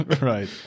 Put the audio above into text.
right